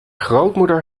grootmoeder